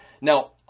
Now